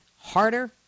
harder